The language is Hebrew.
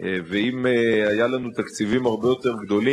אין ספק,